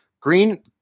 green